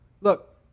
Look